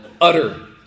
utter